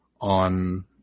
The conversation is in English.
on